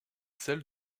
celle